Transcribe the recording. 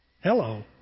Hello